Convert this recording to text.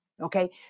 okay